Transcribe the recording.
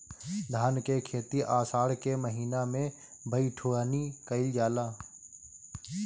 धान के खेती आषाढ़ के महीना में बइठुअनी कइल जाला?